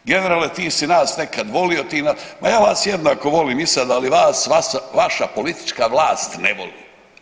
Generalne ti si nas nekad volio, ti nas, ma ja vas jednako volim i sada, ali vas vaša politička vlast ne voli.